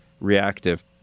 reactive